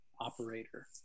operator